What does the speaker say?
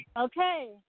Okay